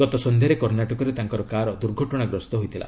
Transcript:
ଗତ ସଂଧ୍ୟାରେ କର୍ଷ୍ଣାଟକରେ ତାଙ୍କ କାର୍ ଦୁର୍ଘଟଣାଗ୍ରସ୍ତ ହୋଇଥିଲା